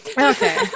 Okay